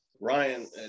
Ryan